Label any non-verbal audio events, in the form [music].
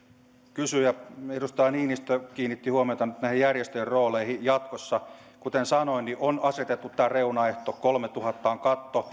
kysyjä edustaja niinistö kiinnitti huomiota nyt näiden järjestöjen rooleihin jatkossa kuten sanoin on asetettu tämä reunaehto että kolmetuhatta on katto [unintelligible]